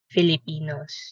Filipinos